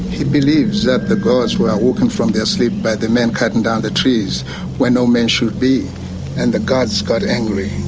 he believes that the gods were awoken from their sleep by the men cutting down the trees where no man should be and the gods got angry.